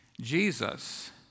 Jesus